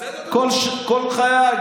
כל חיי,